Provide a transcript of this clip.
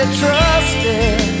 trusted